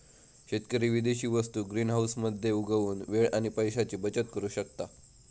शेतकरी विदेशी वस्तु ग्रीनहाऊस मध्ये उगवुन वेळ आणि पैशाची बचत करु शकता